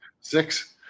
Six